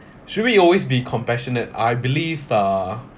should we always be compassionate I believe ah